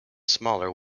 smaller